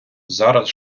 зараз